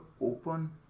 open